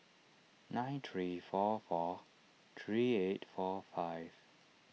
nine three four four three eight four five